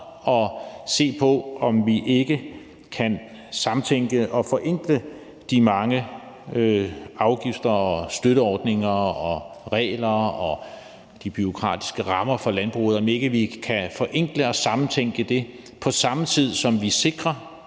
og se på, om vi ikke kan samtænke og forenkle de mange afgifter og støtteordninger og regler og de bureaukratiske rammer for landbruget, og om ikke vi kan forenkle og samtænke det på samme tid, så sikrer,